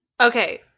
Okay